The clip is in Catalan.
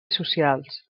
socials